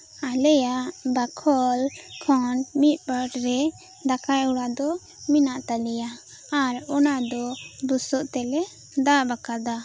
ᱟᱞᱮᱭᱟᱜ ᱵᱟᱠᱷᱳᱞ ᱠᱷᱚᱱ ᱢᱤᱫᱯᱟᱴ ᱨᱮ ᱫᱟᱠᱟᱭ ᱚᱲᱟᱜ ᱫᱚ ᱢᱮᱱᱟᱜ ᱛᱟᱞᱮᱭᱟ ᱟᱨ ᱚᱱᱟ ᱫᱚ ᱵᱩᱥᱩᱵ ᱛᱮᱞᱮ ᱫᱟᱵ ᱟᱠᱟᱫᱟ